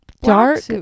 dark